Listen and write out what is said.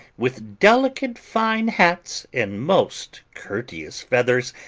with delicate fine hats, and most courteous feathers,